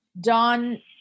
Don